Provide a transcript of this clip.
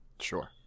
Sure